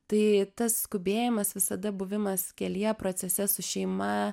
tai tas skubėjimas visada buvimas kelyje procese su šeima